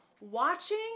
watching